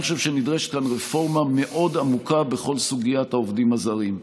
אני חושב שנדרשת לנו רפורמה מאוד עמוקה בכל סוגיית העובדים הזרים.